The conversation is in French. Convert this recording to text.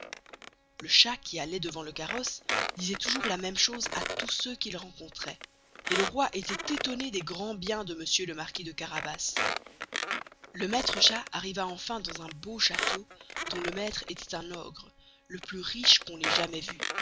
le chat qui alloit devant le carosse disoit toûjours la même chose à tous ceux qu'il rencontroit et le roy estoit estonné des grands biens de monsieur le marquis de carabas le maistre chat arriva enfin dans un beau château dont le maistre étoit un ogre le plus riche qu'on ait jamais veu